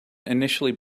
initially